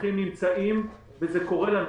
המסמכים נמצאים וזה קורה לנו,